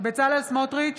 בצלאל סמוטריץ'